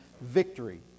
victory